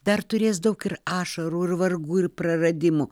dar turės daug ir ašarų ir vargų ir praradimų